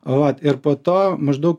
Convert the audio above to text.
vat ir po to maždaug